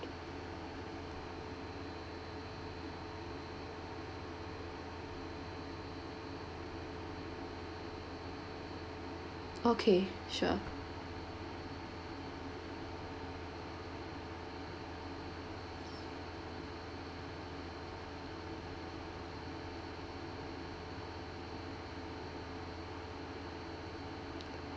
okay sure